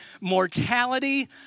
mortality